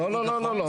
לא, לא, לא.